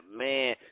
man